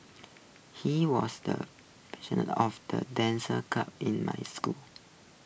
he was the of the dance club in my school